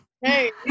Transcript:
Hey